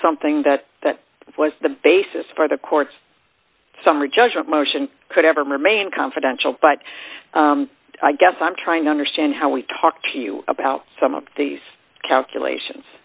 something that that was the basis for the court's summary judgment motion could ever man confidential but i guess i'm trying to understand how we talked to you about some of these calculations